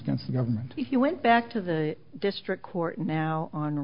against the government if you went back to the district court now on